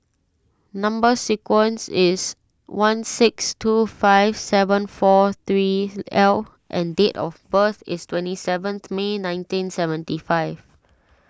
Number Sequence is one six two five seven four three L and date of birth is twenty seventh May nineteen seventy five